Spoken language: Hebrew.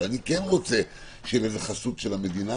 אני כן רוצה שתהיה חסות של המדינה,